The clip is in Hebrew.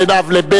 בין אב לבן,